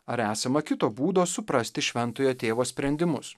ar esama kito būdo suprasti šventojo tėvo sprendimus